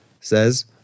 says